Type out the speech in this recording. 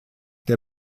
der